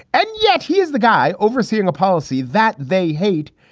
and yet he is the guy overseeing a policy that they hate.